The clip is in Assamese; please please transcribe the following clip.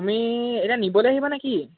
আমি এতিয়া নিবলৈ আহিব নে কি